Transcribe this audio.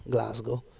Glasgow